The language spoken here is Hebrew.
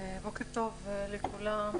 בוקר טוב לכולם,